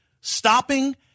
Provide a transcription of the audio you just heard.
stopping